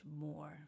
more